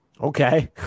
Okay